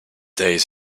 days